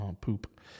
poop